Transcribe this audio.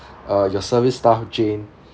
uh your service staff jane